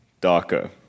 darker